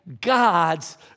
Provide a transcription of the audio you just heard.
God's